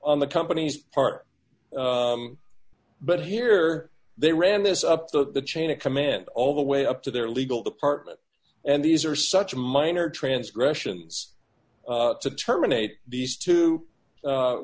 on the company's part but here they ran this up the chain of command all the way up to their legal department and these are such minor transgressions to terminate these two